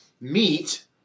meat